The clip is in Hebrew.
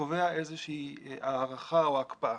קובע איזושהי הארכה או הקפאה.